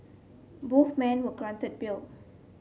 both men were granted bail